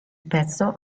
pezzo